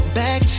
back